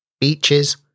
beaches